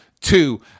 Two